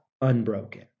unbroken